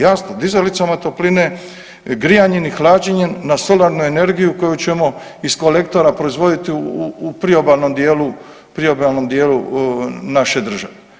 Jasno, dizalicama topline, grijanjem i hlađenjem na solarnu energiju koju ćemo iz kolektora proizvoditi u priobalnom dijelu naše Države.